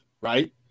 right